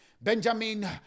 Benjamin